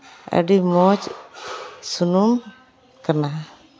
ᱟᱹᱰᱤ ᱢᱚᱡᱽ ᱥᱩᱱᱩᱢ ᱠᱟᱱᱟ